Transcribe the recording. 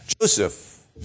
Joseph